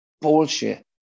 bullshit